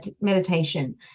meditation